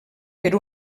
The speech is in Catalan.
per